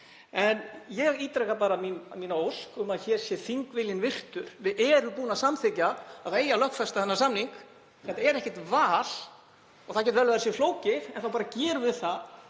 Ég ítreka bara ósk mína um að hér sé þingviljinn virtur. Við erum búin að samþykkja að það eigi að lögfesta þennan samning. Þetta er ekkert val. Það getur vel verið að það sé flókið en við gerum það